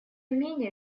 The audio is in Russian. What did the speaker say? менее